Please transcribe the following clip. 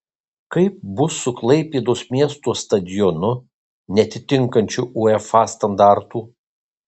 kaip bus su klaipėdos miesto stadionu neatitinkančiu uefa standartų